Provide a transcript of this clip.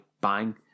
bang